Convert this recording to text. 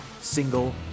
single